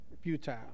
futile